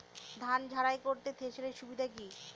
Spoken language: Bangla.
ধান ঝারাই করতে থেসারের সুবিধা কি কি?